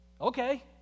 okay